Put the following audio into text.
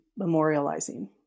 memorializing